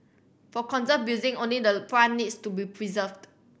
for conserved building only the front needs to be preserved